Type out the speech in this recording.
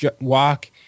walk